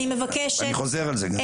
אני מציע לך להירגע.